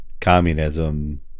communism